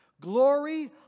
Glory